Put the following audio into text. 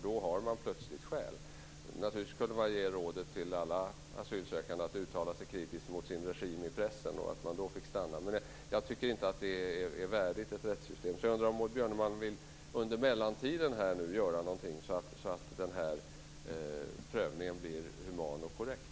Då har man plötsligt skäl. Man skulle naturligtvis kunna ge rådet till alla asylsökande att uttala sig kritiskt mot sin regim i pressen. Då skulle man få stanna. Men jag tycker inte att det är värdigt ett rättssystem. Jag undrar om Maud Björnemalm vill göra någonting under mellantiden så att den här prövningen blir human och korrekt.